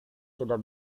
sudah